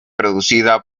producida